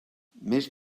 més